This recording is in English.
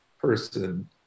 person